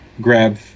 grab